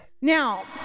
now